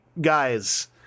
guys